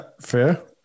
fair